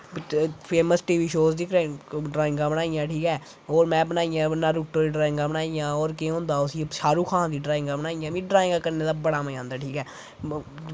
ते famous TV show दे ड्रईंगां बनाईयां ठीक ऐ होर में बनाईयां रुटर ट्राईंगां बनाईयां ठीक ऐ केह् होंदा उसी शैह्रू खां दियां ड्राईगां बनाईयां मिगी ड्राईंगां करने दा बड़ा मज़ा आंदा ठीक ऐ